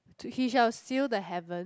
to he-shall-seal-the-heaven